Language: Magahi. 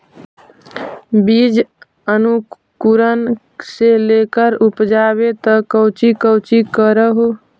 बीज अंकुरण से लेकर उपजाबे तक कौची कौची कर हो?